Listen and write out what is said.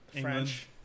french